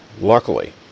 Luckily